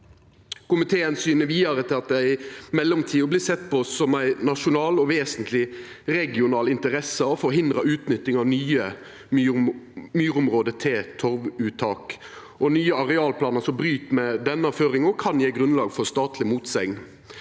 Komiteen syner vidare til at det i mellomtida vert sett på som ei nasjonal og vesentleg regional interesse å forhindra utnytting av nye myrområde til torvuttak. Nye arealplanar som bryt med denne føringa, kan gje grunnlag for statleg motsegn.